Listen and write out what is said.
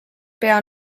pea